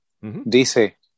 Dice